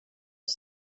els